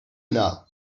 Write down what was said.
now